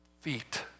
feet